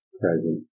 present